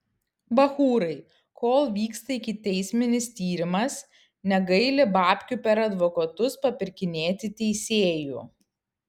bachūrai kol vyksta ikiteisminis tyrimas negaili babkių per advokatus papirkinėti teisėjų